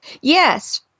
Yes